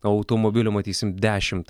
automobilio matysim dešimt